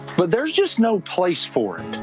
but there's just no place for it.